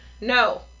no